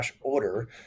order